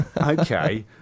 Okay